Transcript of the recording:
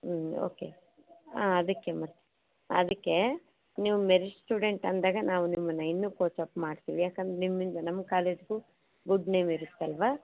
ಹ್ಞೂ ಓಕೆ ಆಂ ಅದಕ್ಕೆ ಮಾ ಅದಕ್ಕೆ ನೀವು ಮೆರಿಟ್ ಸ್ಟೂಡೆಂಟ್ ಅಂದಾಗ ನಾವು ನಿಮ್ಮನ್ನು ಇನ್ನೂ ಕೋಚ್ ಅಪ್ ಮಾಡ್ತೀವಿ ಯಾಕಂದ್ರೆ ನಿಮ್ಮಿಂದ ನಮ್ಮ ಕಾಲೇಜ್ಗೂ ಗುಡ್ ನೇಮ್ ಇರುತ್ತಲ್ವಾ